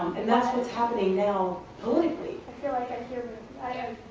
and that's what's happening now politically. i feel like i hear